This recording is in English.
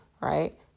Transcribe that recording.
right